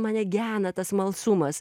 mane gena tas smalsumas